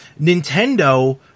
Nintendo